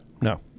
No